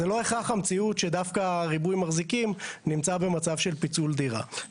זה לא הכרח המציאות שדווקא ריבוי מחזיקים נמצא במצב של פיצול דירה,